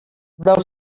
del